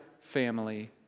family